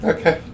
Okay